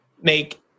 make